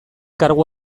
kargu